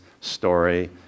story